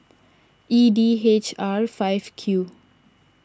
E D H R five Q